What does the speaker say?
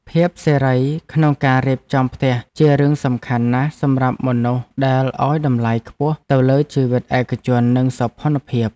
ភាពសេរីក្នុងការរៀបចំផ្ទះជារឿងសំខាន់ណាស់សម្រាប់មនុស្សដែលឱ្យតម្លៃខ្ពស់ទៅលើជីវិតឯកជននិងសោភ័ណភាព។